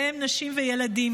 בהם נשים וילדים.